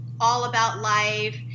all-about-life